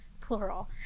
plural